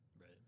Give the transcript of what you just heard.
Right